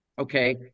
Okay